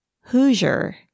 hoosier